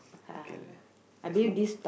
kay le~ let's move